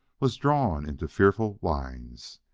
was drawn into fearful lines.